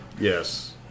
Yes